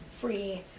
free